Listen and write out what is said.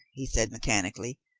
he said mechanically.